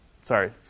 Sorry